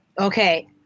Okay